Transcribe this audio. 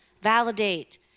validate